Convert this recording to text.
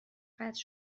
قطع